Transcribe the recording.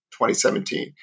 2017